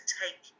take